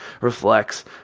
reflects